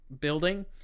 building